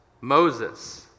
Moses